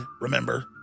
remember